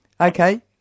Okay